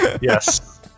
Yes